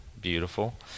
beautiful